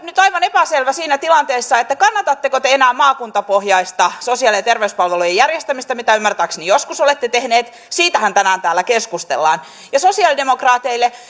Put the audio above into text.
nyt aivan epäselvää tämä tilanne kannatatteko te enää maakuntapohjaista sosiaali ja terveyspalvelujen järjestämistä mitä ymmärtääkseni joskus olette tehneet siitähän tänään täällä keskustellaan ja sosiaalidemokraateille